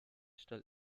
still